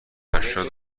هشتاد